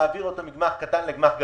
מעביר אותו מגמ"ח קטן לגמ"ח גדול,